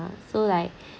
uh so like